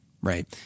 right